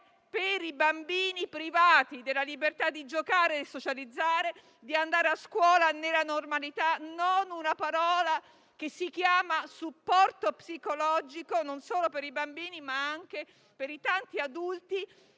per i bambini privati della libertà di giocare e di socializzare, di andare a scuola nella normalità, non ho sentito parlare di supporto psicologico non solo per i bambini, ma anche per i tanti adulti,